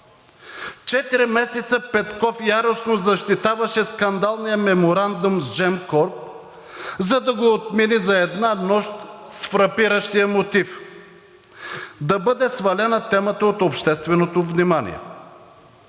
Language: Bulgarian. месеца Петков яростно защитаваше скандалния меморандум с Gemcorp, за да го отмени за една нощ с фрапиращия мотив: да бъде свалена темата от общественото внимание.